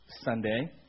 Sunday